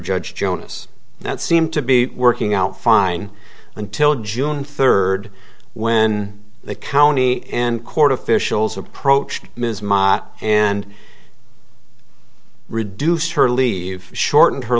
judge jonas that seemed to be working out fine until june third when the county and court officials approached ms mott and reduced her leave shorten her